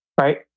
right